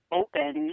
open